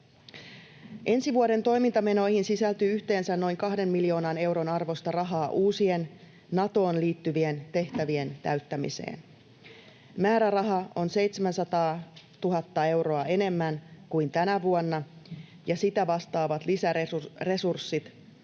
Ensi vuoden toimintamenoihin sisältyy yhteensä noin 2 miljoonan euron arvosta rahaa uusien Natoon liittyvien tehtävien täyttämiseen. Määräraha on 700 000 euroa enemmän kuin tänä vuonna, ja sitä vastaavat lisäresurssit